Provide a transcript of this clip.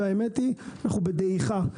והאמת היא אנחנו בדעיכה.